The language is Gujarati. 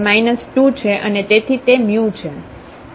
તે માઈનસ 2 છે અને તેથી તે છે